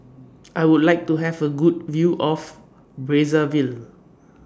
I Would like to Have A Good View of Brazzaville